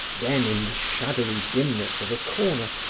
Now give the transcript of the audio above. then, in the shadowy dimness of a corner,